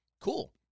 Cool